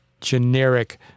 generic